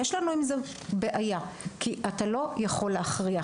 יש לנו בעיה עם זה כי אתה לא יכול להכריח,